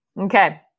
Okay